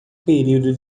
período